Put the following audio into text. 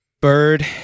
Bird